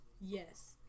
yes